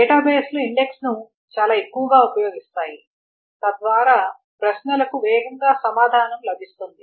డేటాబేస్లు ఇండెక్స్ ను చాలా ఎక్కువగా ఉపయోగిస్తాయి తద్వారా ప్రశ్నలకు వేగంగా సమాధానం లభిస్తుంది